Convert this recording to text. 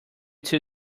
too